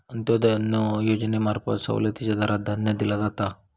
अंत्योदय अन्न योजनेंमार्फत सवलतीच्या दरात धान्य दिला जाता